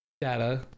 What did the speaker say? data